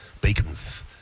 bacons